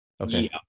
Okay